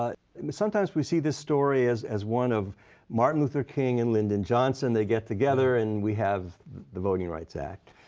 but sometimes, we see this story as as one of martin luther king and lyndon johnson. they get together and we have the voting rights act.